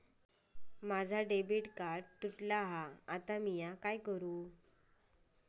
माझा debit card तुटला हा आता मी काय करू?